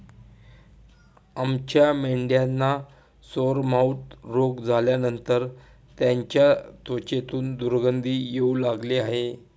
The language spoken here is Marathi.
आमच्या मेंढ्यांना सोरमाउथ रोग झाल्यानंतर त्यांच्या त्वचेतून दुर्गंधी येऊ लागली आहे